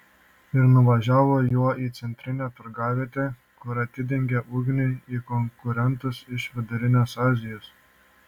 ir nuvažiavo juo į centrinę turgavietę kur atidengė ugnį į konkurentus iš vidurinės azijos